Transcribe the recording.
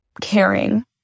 caring